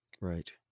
Right